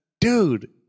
dude